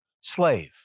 slave